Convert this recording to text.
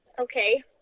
Okay